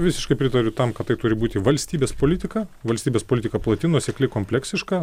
visiškai pritariu tam kad tai turi būti valstybės politika valstybės politika plati nuosekli kompleksiška